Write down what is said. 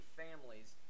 families